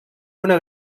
una